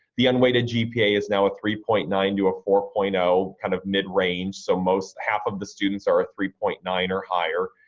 the unweighted gpa is now a three point nine to a four point zero kind of mid-range so most half of the students are a three point nine or higher,